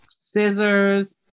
scissors